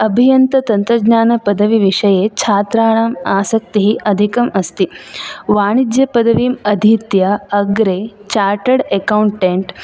अभियन्त्रतन्त्रज्ञानपदविविषये छात्राणाम् आसक्तिः अधिकम् अस्ति वाणिज्यपदवीम् अधीत्य अग्रे चार्टेर्ड् अक्कौन्टेण्ट्